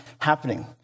happening